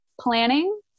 planning